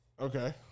Okay